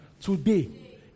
today